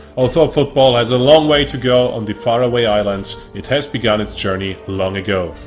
although football has a long way to go on the faraway islands it has begun its journey long ago.